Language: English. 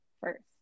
First